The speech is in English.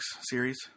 series